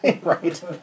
Right